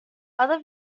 other